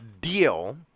deal